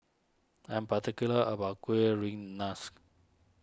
I'm particular about Kueh Rengas